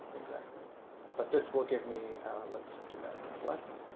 exactly but this will give me let's do that with less.